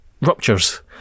ruptures